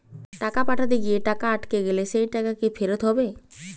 টাকা পাঠাতে গিয়ে টাকা আটকে গেলে সেই টাকা কি ফেরত হবে?